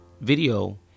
video